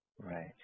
Right